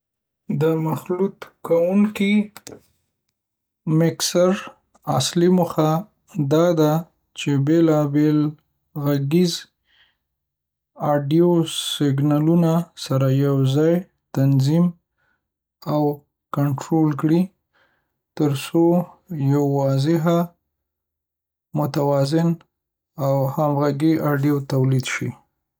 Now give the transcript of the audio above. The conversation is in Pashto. د مخلوط کوونکو (میکسر) اصلي موخه دا ده چې بیلابیل غږیز (آډیو) سیګنالونه سره یوځای، تنظیم، او کنټرول کړي تر څو یو واضح، متوازن، او همغږی آډیو تولید شي.